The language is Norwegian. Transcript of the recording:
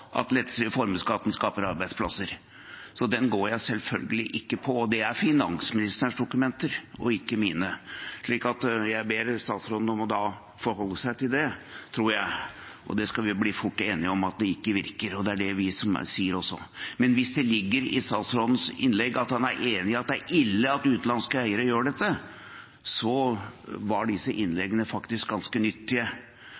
at lettelser i formuesskatten skaper arbeidsplasser, så den går jeg selvfølgelig ikke på. Det er finansministerens dokumenter og ikke mine, så jeg ber statsråden om å forholde seg til det, tror jeg. Det skal vi bli fort enige om at ikke virker, og det er det vi sier også. Men hvis det ligger i statsrådens innlegg at han er enig i at det er ille at utenlandske eiere gjør dette, så var disse